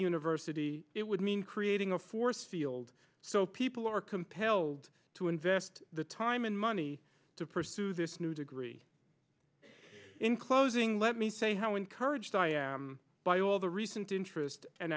university it would mean creating a force field so people are compelled to invest the time and money to pursue this new degree in closing let me say how encouraged by all the recent interest and